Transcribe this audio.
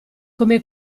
come